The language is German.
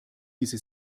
diese